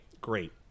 great